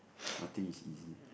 nothing is easy